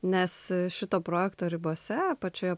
nes šito projekto ribose pačioje